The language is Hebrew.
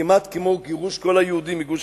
כמעט כמו גירוש כל היהודים מגוש-קטיף.